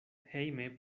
hejme